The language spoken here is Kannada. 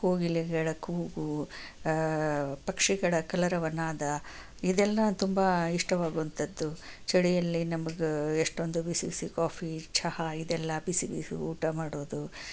ಕೋಗಿಲೆಗಳ ಕುಹೂ ಕುಹೂ ಪಕ್ಷಿಗಳ ಕಲರವ ನಾದ ಇದೆಲ್ಲ ತುಂಬ ಇಷ್ಟವಾಗುವಂಥದ್ದು ಚಳಿಯಲ್ಲಿ ನಮಗೆ ಎಷ್ಟೊಂದು ಬಿಸಿ ಬಿಸಿ ಕಾಫಿ ಚಹಾ ಇದೆಲ್ಲ ಬಿಸಿ ಬಿಸಿ ಊಟ ಮಾಡೋದು